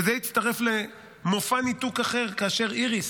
וזה הצטרף למופע ניתוק אחר, כאשר איריס,